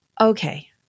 Okay